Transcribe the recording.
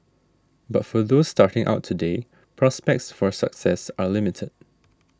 but for those starting out today prospects for success are limited